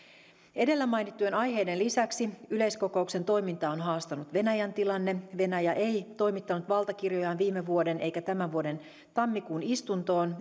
edellä mainittujen aiheiden lisäksi yleiskokouksen toimintaa on haastanut venäjän tilanne venäjä ei toimittanut valtakirjojaan viime vuoden eikä tämän vuoden tammikuun istuntoon